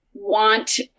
want